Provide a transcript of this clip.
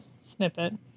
snippet